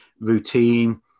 routine